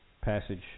passage